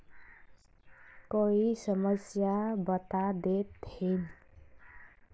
कोई समस्या बता देतहिन?